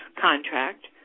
contract